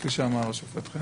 כפי שאמר השופט חן,